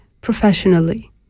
professionally